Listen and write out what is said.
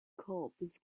cobs